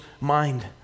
mind